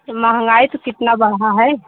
महंगाई तो कितनी बढ़ी है